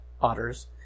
otters